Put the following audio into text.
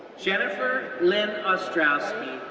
jennifer lynne ostrowski,